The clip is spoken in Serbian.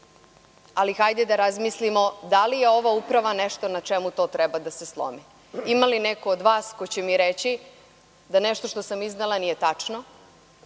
ali hajde da razmislimo da li je ova uprava nešto na čemu to treba da se slomi. Ima li neko od vas ko će mi reći da nešto što sam iznela nije tačno,